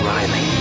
Riley